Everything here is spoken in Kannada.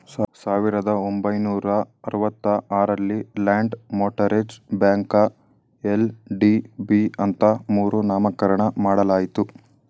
ಸಾವಿರದ ಒಂಬೈನೂರ ಅರವತ್ತ ಆರಲ್ಲಿ ಲ್ಯಾಂಡ್ ಮೋಟರೇಜ್ ಬ್ಯಾಂಕ ಎಲ್.ಡಿ.ಬಿ ಅಂತ ಮರು ನಾಮಕರಣ ಮಾಡಲಾಯಿತು